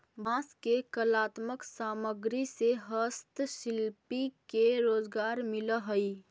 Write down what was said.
बांस के कलात्मक सामग्रि से हस्तशिल्पि के रोजगार मिलऽ हई